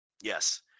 Yes